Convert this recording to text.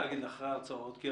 להגיד לך מה הסכום אחרי ההוצאות.